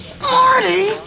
Marty